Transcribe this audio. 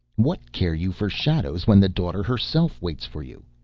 what care you for shadows when the daughter herself waits for you?